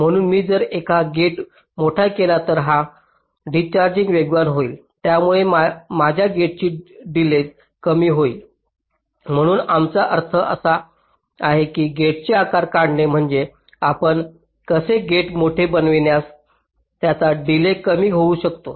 म्हणून मी जर एखादा गेट मोठा केला तर हा डिस्चार्जिंग वेगवान होईल त्यामुळे माझ्या गेटची डिलेज कमी होईल म्हणूनच आमचा अर्थ असा आहे की गेटचे आकार काढणे म्हणजे आपण कसे गेट मोठे बनवल्यास त्याचा डिलेज कमी होऊ शकतो